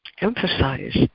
emphasize